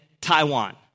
Taiwan